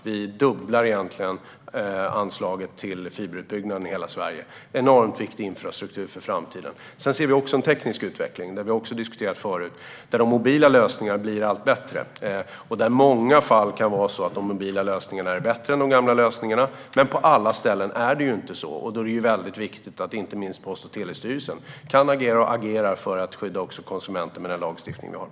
Vi dubblar egentligen anslaget till fiberutbyggnaden i hela Sverige. Det är en enormt viktig infrastruktur för framtiden. Vi ser också en teknisk utveckling, som vi också har diskuterat förut, där de mobila lösningarna blir allt bättre. I många fall kan det vara så att de mobila lösningarna är bättre än de gamla lösningarna. Men på alla ställen är det inte så, och då är det mycket viktigt att inte minst Post och telestyrelsen kan agera och agerar för att skydda konsumenter med den lagstiftning som vi har.